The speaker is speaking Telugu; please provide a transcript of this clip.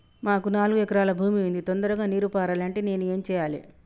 మాకు నాలుగు ఎకరాల భూమి ఉంది, తొందరగా నీరు పారాలంటే నేను ఏం చెయ్యాలే?